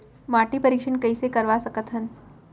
माटी परीक्षण कइसे करवा सकत हन?